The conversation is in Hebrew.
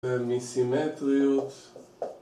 מסימטריות